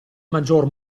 maggior